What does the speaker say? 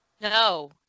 No